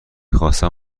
خواستم